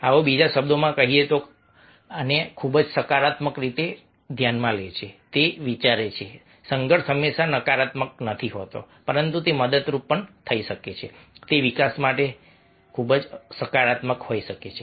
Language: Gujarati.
આવો બીજા શબ્દોમાં કહીએ તો કહી શકાય કે તેઓ આને ખૂબ જ સકારાત્મક રીતે સકારાત્મક રીતે ધ્યાનમાં લે છે તેઓ વિચારે છે કે સંઘર્ષ હંમેશા નકારાત્મક નથી હોતો પરંતુ તે મદદરૂપ થઈ શકે છે તે વિકાસ માટે વિકાસ માટે ખૂબ જ સકારાત્મક હોઈ શકે છે